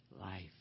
life